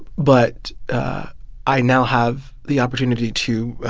but i now have the opportunity to